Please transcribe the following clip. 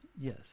Yes